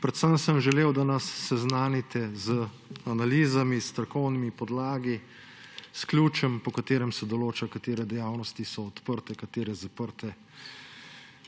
Predvsem sem želel, da nas seznanite z analizami, strokovnimi podlagami, s ključem, po katerem se določa, katere dejavnosti so odprte, katere so zaprte.